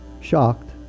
shocked